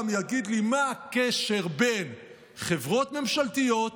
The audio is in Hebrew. יגיד לי מה הקשר בין חברות ממשלתיות,